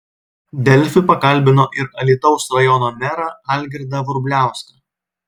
delfi pakalbino ir alytaus rajono merą algirdą vrubliauską